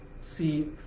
see